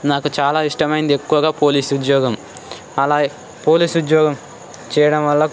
నాకు చాలా ఇష్టమైనది ఎక్కువగా పోలీసు ఉద్యోగం అలా పోలీసు ఉద్యోగం చేయడం వల్ల